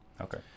Okay